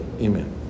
Amen